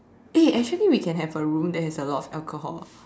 eh actually we can have a room that has a lot of alcohol